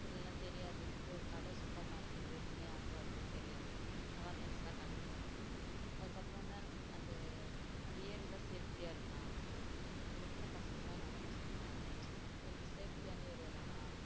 இல்லைன்னா தெரியாது இங்கே ஒரு கடை சூப்பர் மார்க்கெட் இருக்குனே யாருக்கும் அப்றம் தெரியாது அவார்னஸ்லாம் கண்டிப்பாக கொடுக்கணும் அதுக்கப்றம் தான் என்ன அந்த அந்த ஏரியாலாம் சேஃப்டியாக இருக்கா அங்கே இருக்கிற பசங்கள்லாம் நல்ல பசங்களா கொஞ்சம் சேஃப்டியான ஏரியா தானா